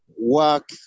work